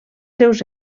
seus